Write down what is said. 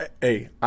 Hey